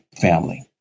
family